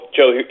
Joe